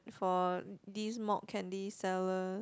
for this malt candy seller